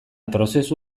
prozesu